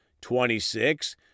Twenty-six